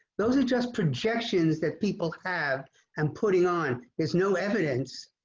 those are just projections that people have and putting on is no evidence